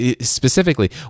specifically